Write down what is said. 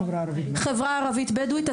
החברה הערבית הבדואית.